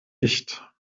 nicht